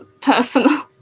personal